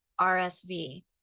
RSV